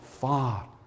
far